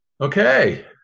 Okay